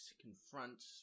confront